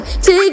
Take